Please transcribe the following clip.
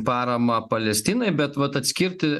paramą palestinai bet vat atskirti